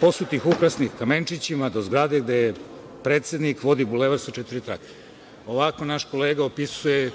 posutih ukrasnim kamenčićima do zgrade gde je predsednik vodi bulevar sa četiri trake“. Ovako naš kolega opisuje